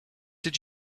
did